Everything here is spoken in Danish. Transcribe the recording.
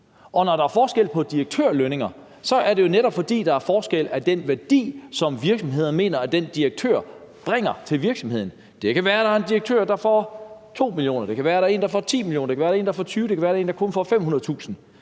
Og når der er forskel på direktørlønninger, er det jo netop, fordi der er forskel på den værdi, som virksomheder mener at en direktør tilfører virksomheden. Det kan være, at der er en direktør, der får 2 mio. kr., det kan være, at der er en, der får 10 mio. kr., det kan være, at der er en, der får 20 mio. kr., og det kan være, der er en, der kun får 500.000